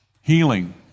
Healing